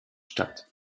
statt